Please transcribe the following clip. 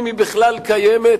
אם היא בכלל קיימת,